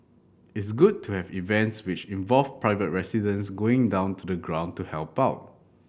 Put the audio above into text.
it's good to have events which involve private residents going down to the ground to help out